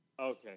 Okay